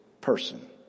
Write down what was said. person